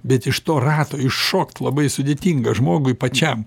bet iš to rato iššokt labai sudėtinga žmogui pačiam